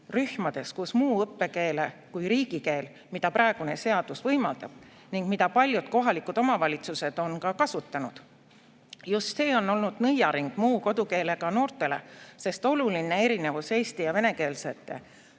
rühmades muu õppekeele kui riigikeel, mida praegune seadus võimaldab ning mida paljud kohalikud omavalitsused on ka kasutanud. Just see on olnud nõiaring muu kodukeelega noortele, sest oluline erinevus eesti‑ ja venekeelsetes,